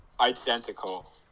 identical